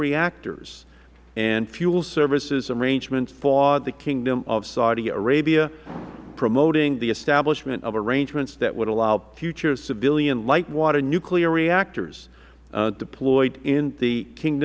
reactors and fuel services arrangements for the kingdom of saudi arabia promoting the establishment of arrangements that would allow future civilian light water nuclear reactors deployed in the king